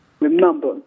remember